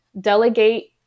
delegate